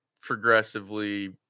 Progressively